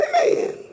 Amen